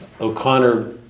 O'Connor